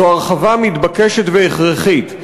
זו הרחבה מתבקשת והכרחית.